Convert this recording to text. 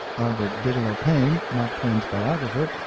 albert bigelow paine, mark twain's biographer,